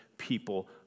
people